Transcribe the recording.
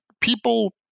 people